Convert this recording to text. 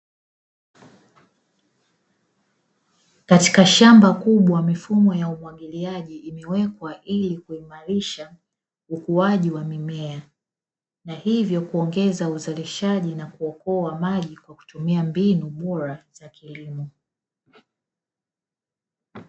Katika shamba kubwa, mifumo ya umwagiliaji imewekwa ili kuimarisha ukuaji wa mimea. Na hivyo kuongeza uzalishaji na kuokoa maji kwa kutumia mbinu bora za kilimo.